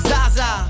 Zaza